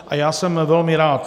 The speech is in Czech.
A já jsem velmi rád.